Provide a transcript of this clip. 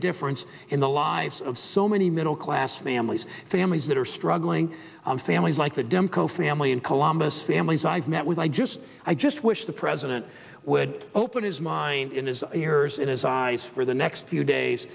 difference in the lives of so many middle class families families that are struggling families like the dems cofan lee in columbus families i've met with i just i just wish the president would open his mind in his years in his eyes for the next few days